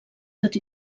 tot